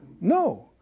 No